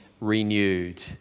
renewed